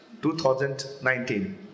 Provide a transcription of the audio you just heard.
2019